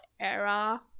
era